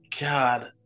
God